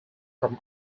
from